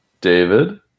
David